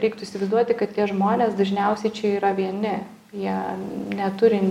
reiktų įsivaizduoti kad tie žmonės dažniausiai čia yra vieni jie neturi